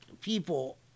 people